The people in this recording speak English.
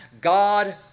God